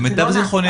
למיטב ידיעתי,